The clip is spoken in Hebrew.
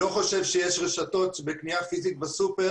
אני לא חושב שיש רשתות שבקנייה פיזית בסופר